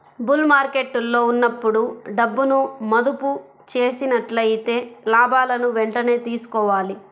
bull మార్కెట్టులో ఉన్నప్పుడు డబ్బును మదుపు చేసినట్లయితే లాభాలను వెంటనే తీసుకోవాలి